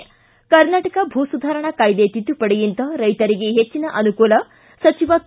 ು ಕರ್ನಾಟಕ ಭೂ ಸುಧಾರಣಾ ಕಾಯ್ದೆ ತಿದ್ದುಪಡಿಯಿಂದ ರೈತರಿಗೆ ಹೆಚ್ಚನ ಅನುಕೂಲ ಸಚಿವ ಕೆ